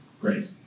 Great